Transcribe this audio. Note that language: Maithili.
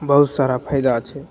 बहुत सारा फायदा छै